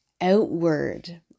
outward